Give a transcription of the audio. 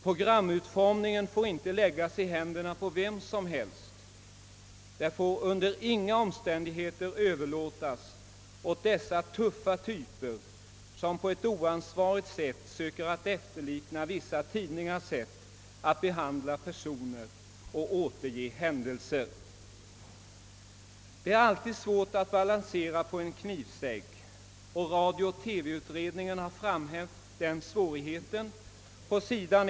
Programutformningen får inte läggas i händerna på vem som helst, och den får under inga omständigheteter överlåtas åt de tuffa typer, som på ett oansvarigt sätt söker efterlikna vissa tidningar i att behandla personer och återge händelser. Det är alltid svårt att balansera på en knivsegg, och radio—TV-utredningen har framhävt den svårigheten på s.